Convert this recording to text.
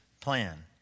plan